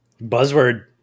Buzzword